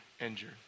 injured